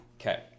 Okay